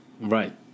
right